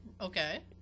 Okay